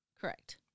Correct